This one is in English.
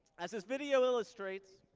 as this video illustrates,